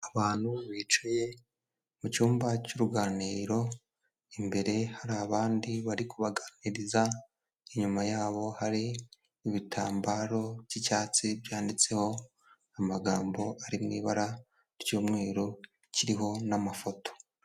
Abantu bicaye mu cyumba cy'uruganiriro, imbere hari abandi bari kubaganiriza, inyuma yabo hari ibitambaro by'icyatsi, byanditseho amagambo ari mu ibara ry'umweru kiriho n'amafoto.